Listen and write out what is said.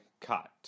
cut